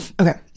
Okay